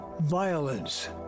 violence